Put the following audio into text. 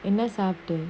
என்ன சாப்ட:enna saapta